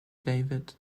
david